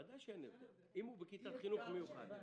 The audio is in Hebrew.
בוודאי אין הבדל אם הוא בכיתת חינוך מיוחד.